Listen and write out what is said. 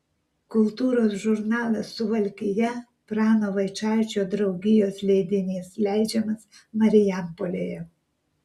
kultūros žurnalas suvalkija prano vaičaičio draugijos leidinys leidžiamas marijampolėje